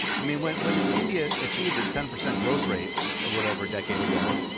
i mean, when when india achieved its ten percent growth rates a little over a decade ago,